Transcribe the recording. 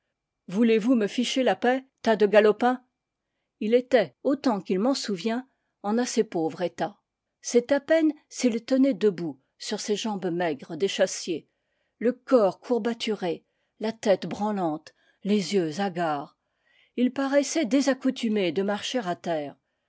voulez-vous me ficher la paix tas de galopins il était autant qu'il m'en souvient en assez pauvre état c'est à peine s'il tenait debout sur ses jambes maigres d'échassier le corps courbaturé la tête branlante les yeux hagards il paraissait désaccoutumé de marcher à terre